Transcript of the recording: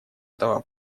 этого